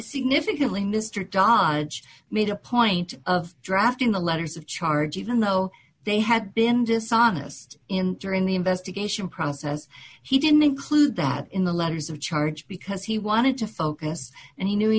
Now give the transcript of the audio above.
significantly mister john made a point of drafting the letters of charge even though they had been dishonest in during the investigation process he didn't include that in the letters of charge because he wanted to focus and he knew he